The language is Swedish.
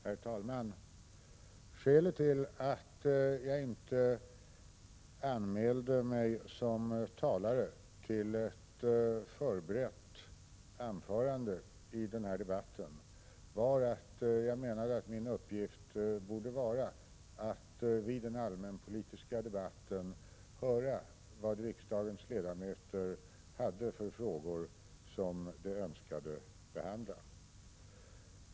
Herr talman! Skälet till att jag inte föranmälde mig som talare till denna debatt var att jag menade att min uppgift borde vara att vid den allmänpolitiska debatten höra vad riksdagens ledamöter hade för frågor som de önskade behandla.